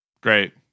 Great